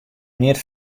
neat